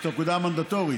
את הפקודה המנדטורית,